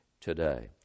today